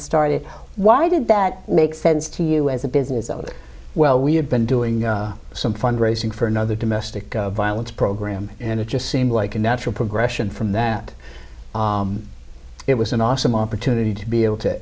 started why did that make sense to you as a business owner well we had been doing some fundraising for another domestic violence program and it just seemed like a natural progression from that it was an awesome opportunity to be able to